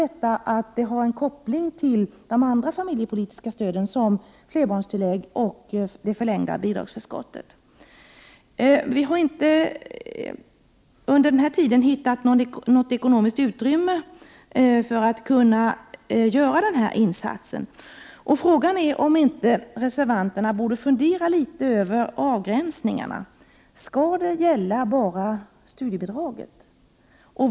Detta har ju bl.a. en koppling till de andra familjepolitiska stöden — flerbarnstillägget och det förlängda bidragsförskottet. Vi har under den här tiden inte hittat något ekonomiskt utrymme för att kunna göra en sådan här insats. Frågan är om inte reservanterna borde fundera litet över avgränsningarna. Skall det här gälla bara studiebidraget?